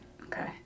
Okay